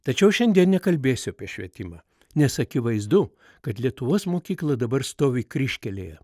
tačiau šiandien nekalbėsiu apie švietimą nes akivaizdu kad lietuvos mokykla dabar stovi kryžkelėje